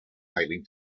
hailing